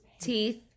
teeth